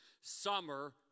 Summer